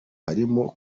harimo